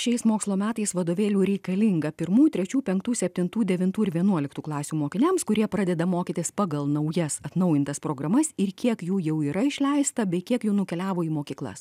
šiais mokslo metais vadovėlių reikalinga pirmų trečių penktų septintų devintų vienuoliktų klasių mokiniams kurie pradeda mokytis pagal naujas atnaujintas programas ir kiek jų jau yra išleista bei kiek jau nukeliavo į mokyklas